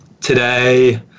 Today